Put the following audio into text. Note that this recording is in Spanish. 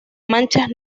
manchas